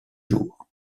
jour